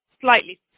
slightly